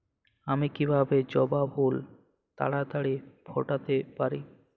আমি কিভাবে জবা ফুল তাড়াতাড়ি ফোটাতে পারি?